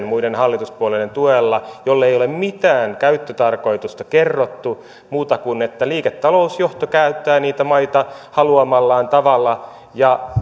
muiden hallituspuolueiden tuella kolmannen taseen jolle ei ole mitään käyttötarkoitusta kerrottu muuta kuin että liiketalousjohto käyttää niitä maita haluamallaan tavalla ja